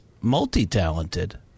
multi-talented